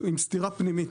עם סתירה פנימית.